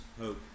hope